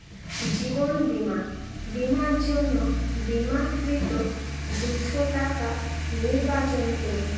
জীবন বীমা বীমার জন্য বিমাকৃত দুশো টাকা নির্বাচন করুন